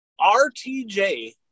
RTJ